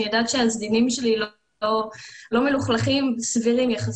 יודעת שהסדינים לא מלוכלכים וסבירים יחסית.